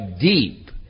deep